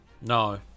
No